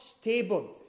stable